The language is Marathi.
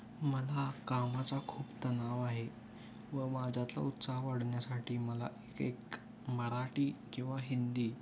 मला कामाचा खूप तणाव आहे व माझ्यातला उत्साह वाढण्यासाठी मला एक मराठी किंवा हिंदी